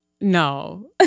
No